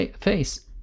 face